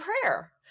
prayer